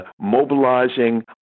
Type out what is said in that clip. mobilizing